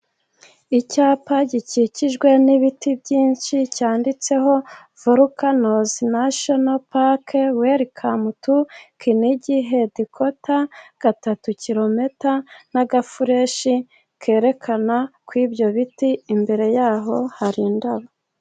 Icyapa gikikijwe n'ibiti byinshi, cyanditseho volukanozi nashono pake welikamu tu Kinigi hedikota gatatu kirometa, n'agafureshi kerekana kw'ibyo biti, imbere yaho hari indabo.